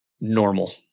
normal